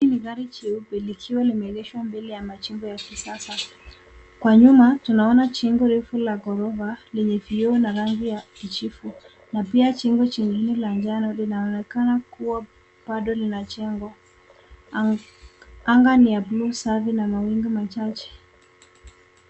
Gari jeupe likiwa limeegeshwa mbele ya majengo ya kisasa. Kwa nyuma tunaona jengo refu la ghorofa lenye vioo na rangi ya kijivu na pia jengo lingine la manjano linaonekana bado linajengwa. Anga ni la bluu na mawingu machache.